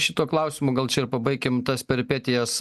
šituo klausimu gal čia ir pabaikim tas peripetijas